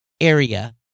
area